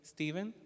Stephen